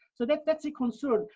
so, that's that's a concern.